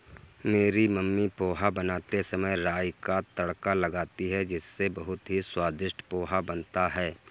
मेरी मम्मी पोहा बनाते समय राई का तड़का लगाती हैं इससे बहुत ही स्वादिष्ट पोहा बनता है